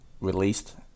released